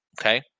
okay